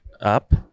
up